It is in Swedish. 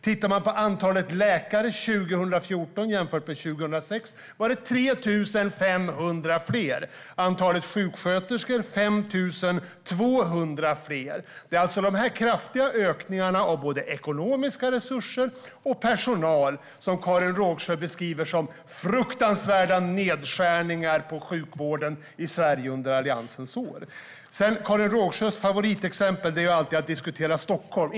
Tittar man på antalet läkare 2014 jämfört med 2006 kan man se att det var 3 500 fler. Antalet sjuksköterskor var 5 200 fler. Det är alltså dessa kraftiga ökningar av både ekonomiska resurser och personal som Karin Rågsjö beskriver som fruktansvärda nedskärningar på sjukvården i Sverige under Alliansens år. Karin Rågsjös favoritämne är Stockholm.